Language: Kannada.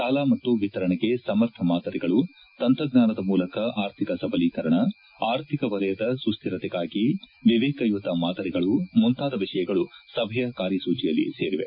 ಸಾಲ ಮತ್ತು ವಿತರಣೆಗೆ ಸಮರ್ಥ ಮಾದರಿಗಳು ತಂತ್ರಜ್ವಾನದ ಮೂಲಕ ಆರ್ಥಿಕ ಸಬಲೀಕರಣ ಆರ್ಥಿಕ ವಲಯದ ಸುಸ್ನಿರತೆಗಾಗಿ ವಿವೇಕಯುತ ಮಾದರಿಗಳು ಮುಂತಾದ ವಿಷಯಗಳು ಸಭೆಯ ಕಾರ್ಯಸೂಚಿಯಲ್ಲಿ ಸೇರಿವೆ